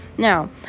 Now